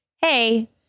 hey